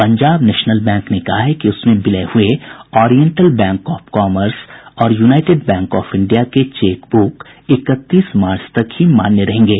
Punjab National Bank ने कहा है कि उसमें विलय हुये ओरिएंटल बैंक ऑफ कामर्स और यूनाईटेड बैंक ऑफ इंडिया के चेक बुक इकतीस मार्च तक ही मान्य रहेंगे